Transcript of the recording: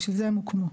בשביל זה הם הוקמו.